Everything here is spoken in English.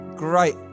great